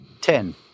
Ten